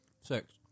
six